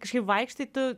kažkaip vaikštai tu